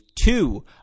two